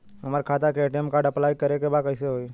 हमार खाता के ए.टी.एम कार्ड अप्लाई करे के बा कैसे होई?